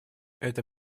это